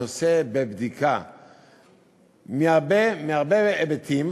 הנושא בבדיקה מהרבה היבטים,